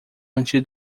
antes